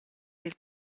dil